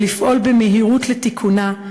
ולפעול במהירות לתיקונה,